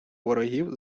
ворогів